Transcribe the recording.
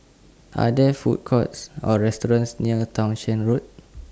Are There Food Courts Or restaurants near Townshend Road